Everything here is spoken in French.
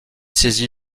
saisi